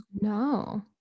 no